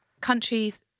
Countries